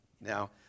Now